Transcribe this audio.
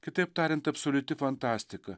kitaip tariant absoliuti fantastika